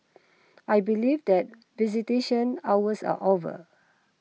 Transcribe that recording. I believe that visitation hours are over